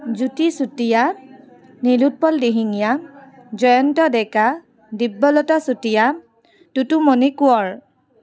Jyoti Chutia Nilotpal Dihingia Jayanta Deka Dibyalata Chutia Tutumoni Konwar